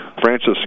Francis